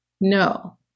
No